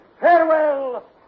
Farewell